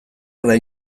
gara